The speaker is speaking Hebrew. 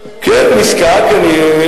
נזקק לחברך הטוב,